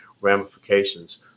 ramifications